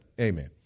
amen